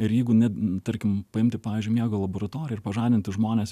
ir jeigu ne tarkim paimti pavyzdžiui miego laboratoriją ir pažadinti žmones